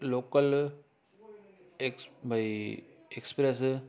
local ex भई express